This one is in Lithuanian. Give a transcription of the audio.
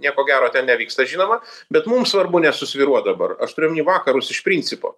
nieko gero ten nevyksta žinoma bet mum svarbu nesusvyruot dabar aš turiu omeny vakarus iš principo